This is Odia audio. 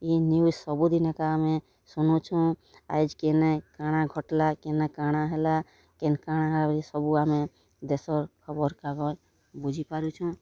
ଏ ନ୍ୟୁଜ୍ ସବୁଦିନ ଏକା ଆମେ ଶୁନୁଛୁଁ ଆଏଜ୍ କେନେ କାଣା ଘଟ୍ଲା କେନେ କାଣା ହେଲା କେନେ କାଣା ଆଉରି ସବୁ ଆମେ ଦେଶର୍ ଖବର୍କାଗଜ୍ ବୁଝି ପାରୁଛୁଁ